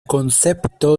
concepto